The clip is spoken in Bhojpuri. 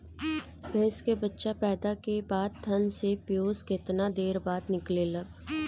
भैंस के बच्चा पैदा के बाद थन से पियूष कितना देर बाद निकले के बा?